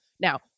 Now